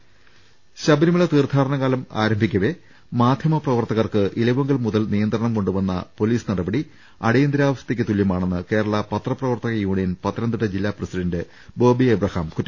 ് ശബരിമല തീർത്ഥാടനകാലം ആരംഭിക്കവെ മാധ്യമ പ്രവർത്തകർക്ക് ഇലവുങ്കൽ മുതൽ നിയന്ത്രണം കൊണ്ടുവന്ന പൊലീസ് നടപടി അടിയന്തരാവ സ്ഥയ്ക്കു തുല്യമാണെന്ന് കേരള പത്രപ്രവർത്തക യൂണിയൻ പത്തനംതിട്ട ജില്ലാ പ്രസിഡന്റ് ബോബി എബ്രഹാം കുറ്റപ്പെടുത്തി